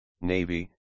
Navy